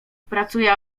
pracuje